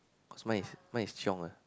cause mine mine is Chiong ah